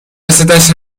وسطش